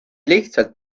lihtsalt